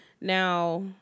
now